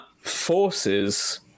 forces